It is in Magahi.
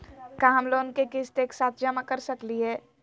का हम लोन के किस्त एक साथ जमा कर सकली हे?